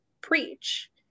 preach